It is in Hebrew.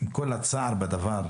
עם כל הצער על האובדן.